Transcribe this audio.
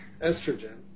estrogen